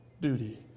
duty